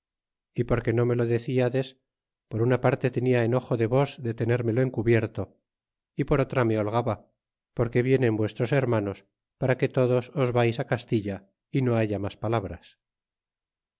y porque no me lo deciades por una parte tenia enojo de vos de tenérmelo encubierto y por otra me holgaba porque vienen vuestros hermanos para que todos os vais á castilla é no haya mas palabras